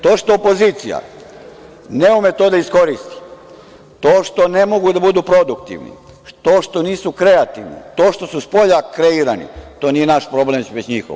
To što opozicija ne ume to da iskoristi, to što ne mogu da budu produktivni, to što nisu kreativni, to što su spolja kreirani, to nije naš problem, već njihov.